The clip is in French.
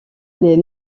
les